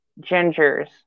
gingers